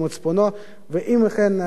ואם אכן תינתן האפשרות,